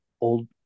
old